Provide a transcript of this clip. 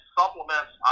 supplements